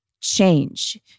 change